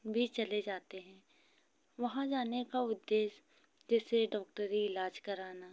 भी चले जाते हैं वहाँ जाने का उद्देश्य जैसे डॉक्टरी इलाज कराना